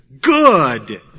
Good